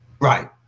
Right